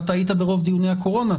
היית ברוב דיוני הקורונה,